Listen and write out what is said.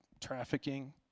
trafficking